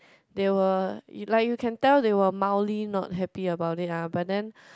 they were like you can tell they were mildly not happy about it lah but then